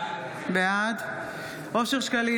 בעד אושר שקלים,